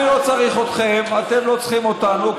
אני לא צריך אתכם, אתם לא צריכים אותנו.